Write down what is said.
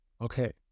Okay